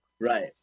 Right